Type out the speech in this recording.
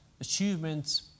achievements